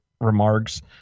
remarks